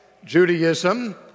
Judaism